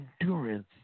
endurance